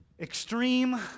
extreme